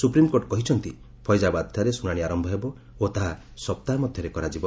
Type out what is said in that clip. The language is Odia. ସୁପ୍ରିମକୋର୍ଟ କହିଛନ୍ତି ଫୈଜାବାଦଠାରେ ଶୁଣାଣି ଆରମ୍ଭ ହେବ ଓ ତାହା ସପ୍ତାହେ ମଧ୍ୟରେ କରାଯିବ